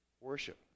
worship